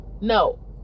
no